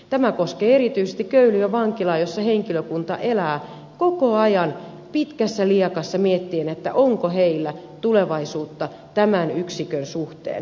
tämä koskee erityisesti köyliön vankilaa jossa henkilökunta elää koko ajan pitkässä lieassa miettien onko heillä tulevaisuutta tämän yksikön suhteen